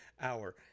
hour